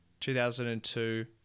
2002